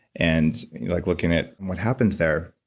and like looking at what happens there.